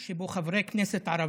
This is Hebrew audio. האמת היא שזו בושה, חבר הכנסת כסיף,